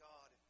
God